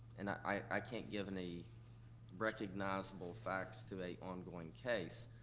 and i can't give any recognizable facts to a ongoing case,